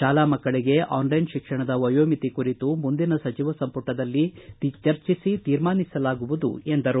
ಶಾಲಾ ಮಕ್ಕಳಿಗೆ ಆನ್ಲೈನ್ ಶಿಕ್ಷಣದ ವಯೋಮಿತಿ ಕುರಿತು ಮುಂದಿನ ಸಚಿವ ಸಂಪುಟದಲ್ಲಿ ಚರ್ಚಿಸಿ ತೀರ್ಮಾನಿಸಲಾಗುವುದು ಎಂದರು